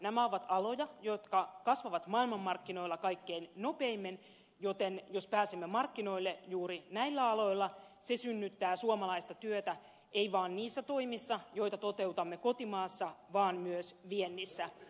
nämä ovat aloja jotka kasvavat maailmanmarkkinoilla kaikkein nopeimmin joten jos pääsemme markkinoille juuri näillä aloilla se synnyttää suomalaista työtä ei vaan niissä toimissa joita toteutamme kotimaassa vaan myös viennissä